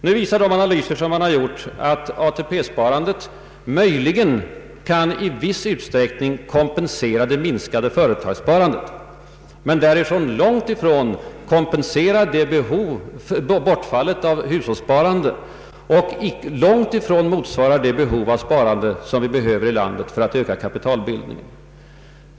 Nu visar de analyser som gjorts att ATP-sparandet i viss utsträckning möjligen kompenserat det minskade företagssparandet men långt ifrån bortfallet av hushållssparandet och att det långt ifrån motsvarar det behov av sparande som vi har i landet för att öka kapitalbildningen.